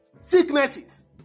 sicknesses